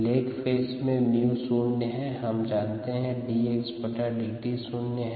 leg phase में 𝜇 शून्य है हम जानते हैं कि dxdt शून्य है